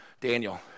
Daniel